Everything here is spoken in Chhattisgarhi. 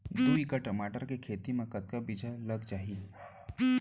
दू एकड़ टमाटर के खेती मा कतका बीजा लग जाही?